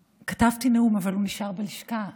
כתבתי נאום אבל הוא נשאר בלשכה,